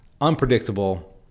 Unpredictable